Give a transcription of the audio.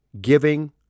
giving